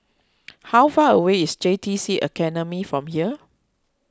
how far away is J T C Academy from here